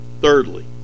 Thirdly